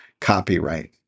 copyright